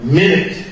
minute